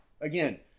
Again